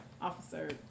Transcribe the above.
officer